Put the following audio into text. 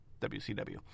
WCW